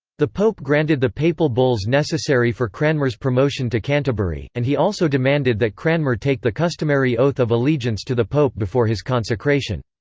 the pope granted the papal bulls necessary for cranmer's promotion to canterbury, and he also demanded that cranmer take the customary oath of allegiance to the pope before his consecration.